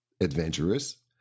adventurous